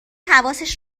حواسش